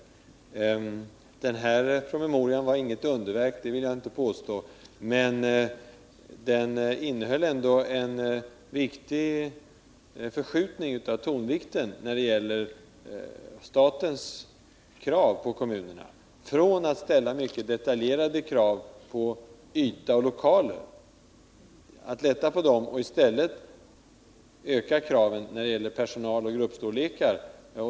Jag vill inte påstå att promemorian var något underverk, men när det gäller statens krav på kommunerna innebar den ändå en viktig förskjutning, så till vida att man lättade på kraven i fråga om yta och lokaler och i stället ökade kraven i fråga om personal och gruppstorlekar.